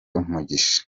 umugisha